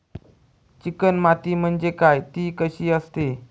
Chicken माती म्हणजे काय? ति कशी असते?